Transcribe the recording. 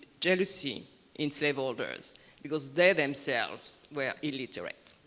jealousy in slaveholders because they themselves were illiterate.